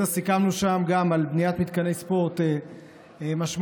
סיכמנו שם על בניית מתקני ספורט משמעותיים,